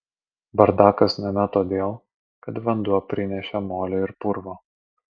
bardakas name todėl kad vanduo prinešė molio ir purvo